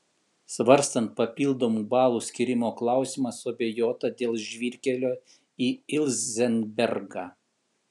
svarstant papildomų balų skyrimo klausimą suabejota dėl žvyrkelio į ilzenbergą